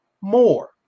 more